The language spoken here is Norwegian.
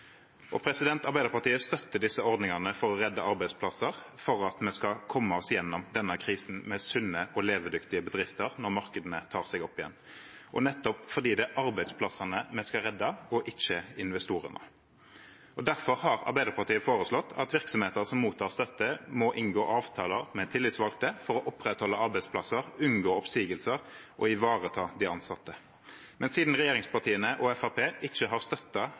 Arbeiderpartiet støtter disse ordningene for å redde arbeidsplasser, for at vi skal komme oss gjennom denne krisen med sunne og levedyktige bedrifter når markedene tar seg opp igjen, og nettopp fordi det er arbeidsplassene vi skal redde, og ikke investorene. Derfor har Arbeiderpartiet foreslått at virksomheter som mottar støtte, må inngå avtaler med tillitsvalgte for å opprettholde arbeidsplasser, unngå oppsigelser og ivareta de ansatte. Men siden regjeringspartiene og Fremskrittspartiet ikke har